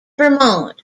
vermont